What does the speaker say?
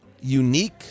unique